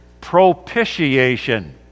propitiation